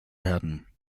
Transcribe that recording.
werden